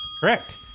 Correct